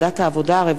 הרווחה והבריאות.